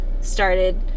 started